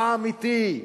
העם אתי.